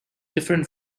different